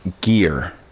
gear